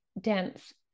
dense